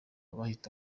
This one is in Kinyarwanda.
bahita